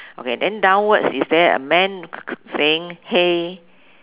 okay then downwards is there a man saying hey